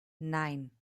nein